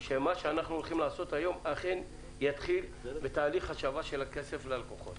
שמה שאנחנו הולכים לעשות היום אכן יתחיל בתהליך השבה של הכסף ללקוחות.